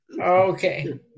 Okay